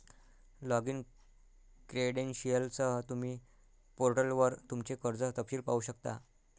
login क्रेडेंशियलसह, तुम्ही पोर्टलवर तुमचे कर्ज तपशील पाहू शकता